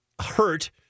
hurt